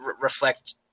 reflect